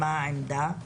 מה העמדה,